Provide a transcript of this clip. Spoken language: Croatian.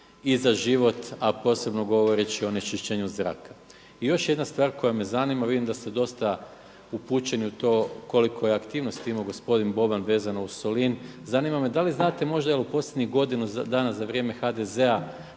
i za život, a posebno govoreći o onečišćenju zraka. I još jedna stvar koja me zanima, vidim da ste dosat upućeni u to koliko je aktivnosti imao gospodin Boban vezano uz Solin. Zanima me da li znate možda jel' u posljednjih godinu dana za vrijeme HDZ-a